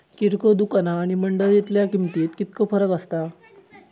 किरकोळ दुकाना आणि मंडळीतल्या किमतीत कितको फरक असता?